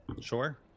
Sure